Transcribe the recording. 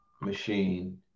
machine